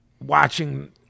watching